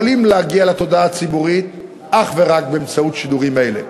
יכולים להגיע לתודעה הציבורית אך ורק באמצעות שידורים אלה.